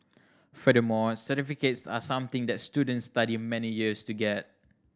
furthermore certificates are something that students study many years to get